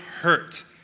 hurt